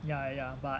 ya ya but